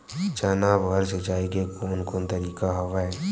चना बर सिंचाई के कोन कोन तरीका हवय?